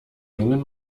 lungen